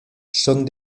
son